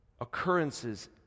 occurrences